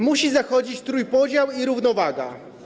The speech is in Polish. Musi zachodzić trójpodział i równowaga.